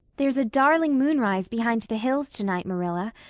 there's a darling moonrise behind the hills tonight, marilla,